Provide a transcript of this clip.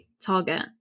target